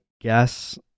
guess